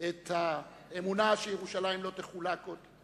את האמונה שירושלים לא תחולק עוד,